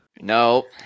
No